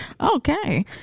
Okay